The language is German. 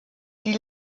die